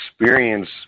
experience